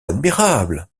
admirables